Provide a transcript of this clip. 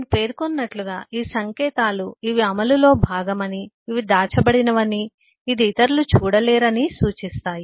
నేను పేర్కొన్నట్లుగా ఈ సంకేతాలు ఇవి అమలులో భాగమని ఇవి దాచబడినవని ఇది ఇతరులు చూడలేరు అని సూచిస్తాయి